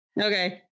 okay